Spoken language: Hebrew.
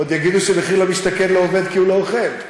עוד יגידו ש"מחיר למשתכן" לא עובד כי הוא לא אוכל.